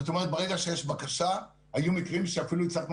ברגע שיש בקשה היו מקרים שאפילו הצלחנו